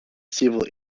several